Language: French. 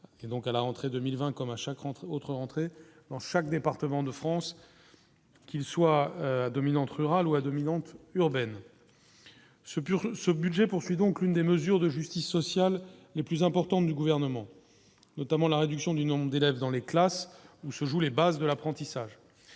et donc à la rentrée 2020, comme à chaque rentrée, autre rentrée dans chaque département de France, qu'il soit à dominante rurale ou à dominante urbaine, ce pur ce budget poursuit donc l'une des mesures. Sûr de justice sociale, les plus importantes du gouvernement, notamment la réduction du nombre d'élèves. Dans les classes où se jouent les bases de l'apprentissage,